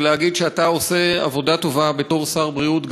ולהגיד שאתה עושה עבודה טובה בתור שר הבריאות,